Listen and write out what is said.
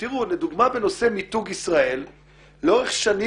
לדוגמה בנושא מיתוג ישראל לאורך שנים